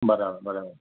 બરાબર બરાબર